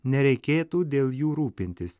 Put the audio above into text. nereikėtų dėl jų rūpintis